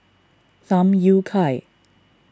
Tham Yui Kai